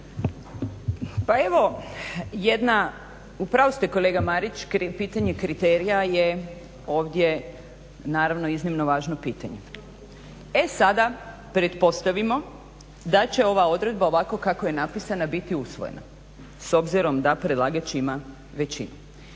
Pa evo jedna, u pravu ste kolega Marić, pitanje kriterija je ovdje naravno iznimno važno pitanje. E sada pretpostavimo da će ova odredba ovako kako je napisana biti usvojena s obzirom da predlagač ima većinu.